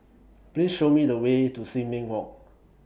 Please Show Me The Way to Sin Ming Walk